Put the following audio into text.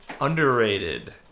underrated